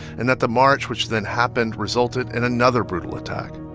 and that the march which then happened resulted in another brutal attack,